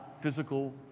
physical